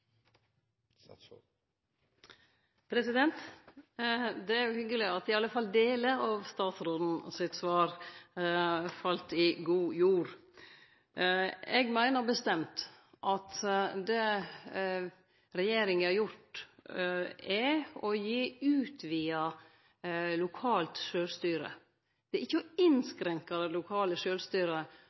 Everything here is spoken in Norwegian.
innhold. Det er hyggeleg at i alle fall delar av statsråden sitt svar fall i god jord. Eg meiner bestemt at det regjeringa har gjort, er å gi utvida lokalt sjølvstyre. Det er ikkje å innskrenke det lokale sjølvstyret